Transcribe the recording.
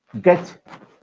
get